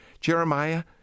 Jeremiah